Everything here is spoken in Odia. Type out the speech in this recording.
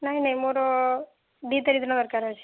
ନାଇଁ ନାଇଁ ମୋର ଦୁଇ ତାରିଖ ଦିନ ଦରକାର ଅଛି